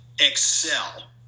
excel